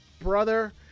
Brother